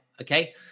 Okay